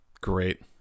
great